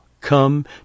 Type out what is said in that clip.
come